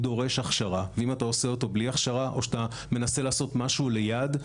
הוא דורש הכשרה ואם אתה עושה אותו בלי הכשרה או מנסה לעשות משהו ליד,